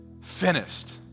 finished